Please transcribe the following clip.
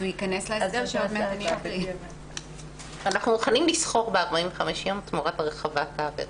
הוא ייכנס להסדר --- אנחנו מוכנים לסחור ב-45 יום תמורת הרחבת העבירה.